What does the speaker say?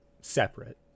separate